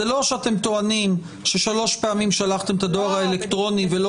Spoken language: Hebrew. זה לא שאתם טוענים ששלוש פעמים שלחתם את הדואר האלקטרוני ולא